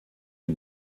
die